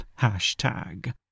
hashtag